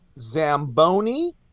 Zamboni